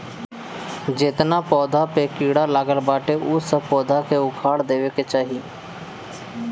जेतना पौधा पे कीड़ा लागल बाटे उ सब पौधा के उखाड़ देवे के चाही